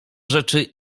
rzeczy